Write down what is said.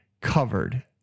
covered